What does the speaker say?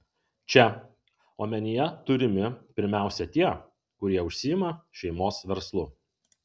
čia omenyje turimi pirmiausia tie kurie užsiima šeimos verslu